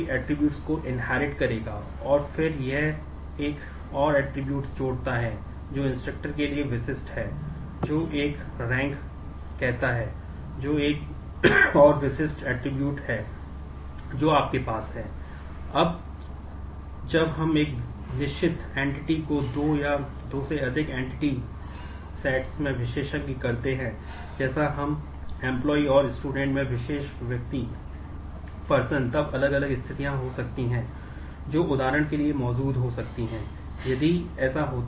अब जब हम एक निश्चित एंटिटी का सदस्य नहीं होगा